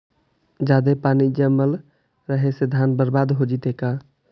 जादे पानी जमल रहे से धान बर्बाद हो जितै का?